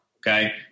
okay